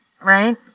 right